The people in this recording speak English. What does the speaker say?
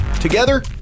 Together